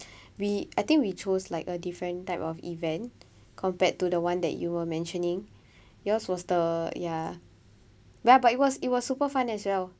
we I think we chose like a different type of event compared to the one that you were mentioning yours was the yeah well but it was it was super fun as well